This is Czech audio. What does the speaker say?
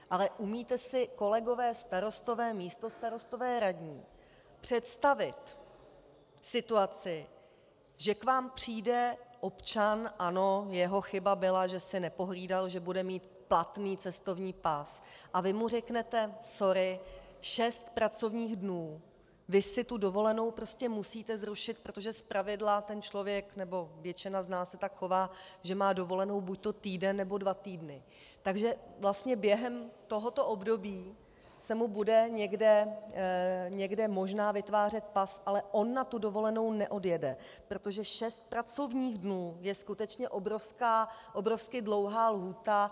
Ale umíte si, kolegové starostové, místostarostové, radní, představit situaci, že k vám přijde občan ano, jeho chyba byla, že si nepohlídal, že bude mít platný cestovní pas a vy mu řeknete: sorry, šest pracovních dnů, vy si tu dovolenou prostě musíte zrušit, protože zpravidla ten člověk, nebo většina z nás se tak chová, že má dovolenou buďto týden nebo dva týdny, takže vlastně během tohoto období se mu bude někde možná vytvářet pas, ale on na tu dovolenou neodjede, protože šest pracovních dnů je skutečně obrovsky dlouhá lhůta.